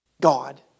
God